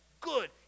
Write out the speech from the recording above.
good